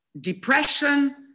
depression